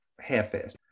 half-assed